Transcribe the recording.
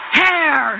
hair